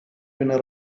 winner